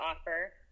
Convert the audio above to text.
offer